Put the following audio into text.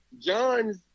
John's